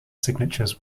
signatures